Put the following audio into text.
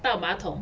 抱马桶